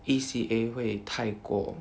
E_C_A 会太过